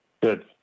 Good